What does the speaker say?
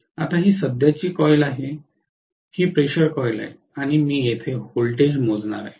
आता ही सध्याची कॉइल आहे ही प्रेशर कॉइल आहे आणि मी येथे व्होल्टेज मोजणार आहे